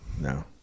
No